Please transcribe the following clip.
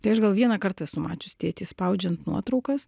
tai aš gal vieną kartą esu mačius tėtį spaudžiant nuotraukas